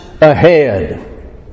ahead